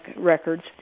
records